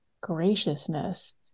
graciousness